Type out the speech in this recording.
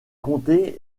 comté